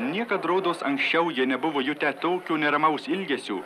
niekad rodos anksčiau jie nebuvo jutę tokio neramaus ilgesio